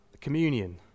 communion